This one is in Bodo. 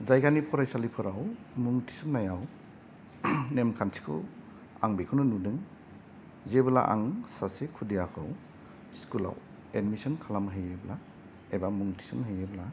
जायगानि फरायसालिफोराव मुं थिसननायाव नेमखान्थिखौ आं बेखौनो नुदों जेबोला आं सासे खुदियाखौ स्कुलाव एडमिशन खालाम हैयोब्ला एबा मुं थिसन हैयोब्ला